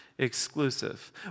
exclusive